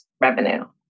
revenue